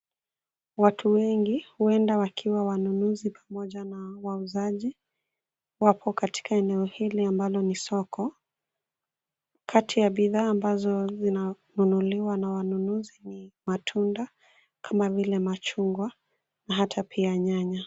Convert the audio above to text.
Watu wengi, huenda wakiwa wanunuzi pamoja na wauzaji, wapo katika eneo hili ambalo ni soko. Kati ya bidhaa ambazo zinanunuliwa na wanunuzi ni matunda kama vile machungwa, na hata pia nyanya.